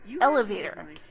Elevator